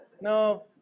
No